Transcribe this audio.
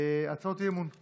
הצעות אי-אמון בממשלה.